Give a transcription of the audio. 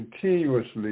continuously